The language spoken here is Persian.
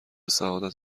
سعادت